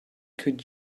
could